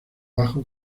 bajo